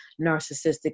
narcissistic